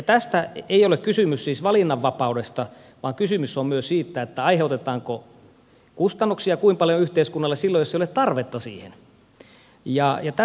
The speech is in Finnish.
tässä ei ole kysymys siis valinnanvapaudesta vaan kysymys on myös siitä kuinka paljon kustannuksia aiheutetaan yhteiskunnalle silloin jos ei ole tarvetta siihen